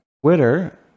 twitter